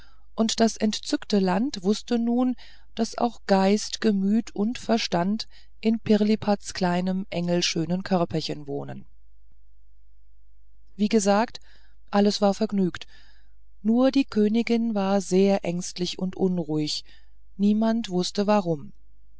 und das entzückte land wußte nun daß auch geist gemüt und verstand in pirlipats kleinem engelschönen körperchen wohne wie gesagt alles war vergnügt nur die königin war sehr ängstlich und unruhig niemand wußte warum